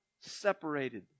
separated